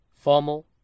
formal